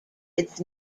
its